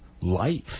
life